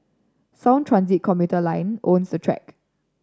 sound transit commuter line own the track